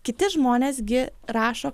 kiti žmonės gi rašo